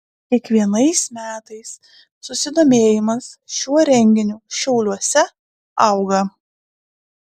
kiekvienais metais susidomėjimas šiuo renginiu šiauliuose auga